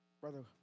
brother